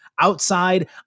outside